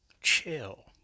chill